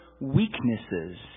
weaknesses